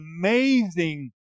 amazing